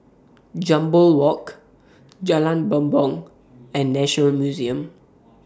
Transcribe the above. Jambol Walk Jalan Bumbong and National Museum